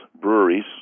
breweries